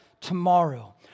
tomorrow